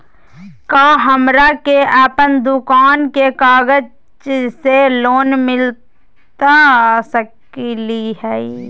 का हमरा के अपन दुकान के कागज से लोन मिलता सकली हई?